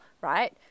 right